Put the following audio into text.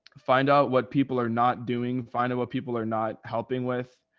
find out what people are not doing, find out what people are not helping with,